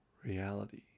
Reality